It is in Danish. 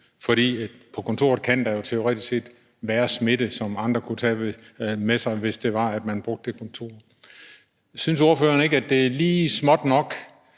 fordi der på kontoret jo teoretisk set kan være smitte, som andre kunne tage med sig, hvis man brugte det kontor. Synes ordføreren ikke, at det er lige småt nok